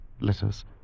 letters